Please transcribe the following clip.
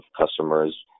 customers